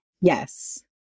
Yes